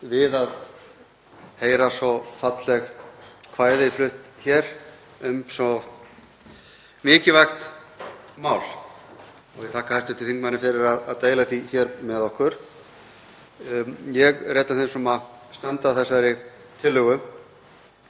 við að heyra svo fallegt kvæði flutt hér um svo mikilvægt mál og ég þakka hv. þingmanni fyrir að deila því með okkur. Ég er einn af þeim sem standa að þessari tillögu